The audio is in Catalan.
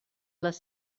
les